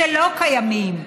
שלא קיימים,